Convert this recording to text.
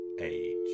age